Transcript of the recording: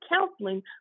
counseling